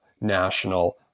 national